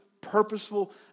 Purposeful